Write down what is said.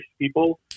people